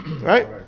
Right